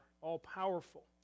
all-powerful